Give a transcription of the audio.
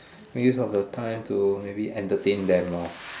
make use of the time to maybe entertain them lah